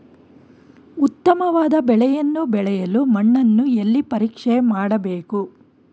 ಉತ್ತಮವಾದ ಬೆಳೆಯನ್ನು ಬೆಳೆಯಲು ಮಣ್ಣನ್ನು ಎಲ್ಲಿ ಪರೀಕ್ಷೆ ಮಾಡಬೇಕು?